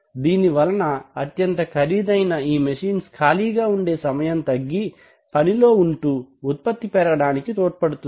దీని వలన అత్యంత ఖరీదైన ఈ మాషీన్స్ ఖాళీగా ఉండే సమయము తగ్గి పనిలో ఉంటూ ఉత్పత్తి పెరగడానికి తోడ్పడుతుంది